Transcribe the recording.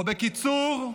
או בקיצור,